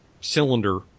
cylinder